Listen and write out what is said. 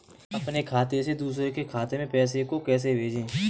अपने खाते से दूसरे के खाते में पैसे को कैसे भेजे?